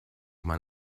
man